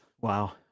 wow